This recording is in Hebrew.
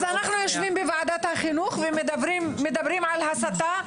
אנחנו יושבים בוועדת החינוך ומדברים על הסתה,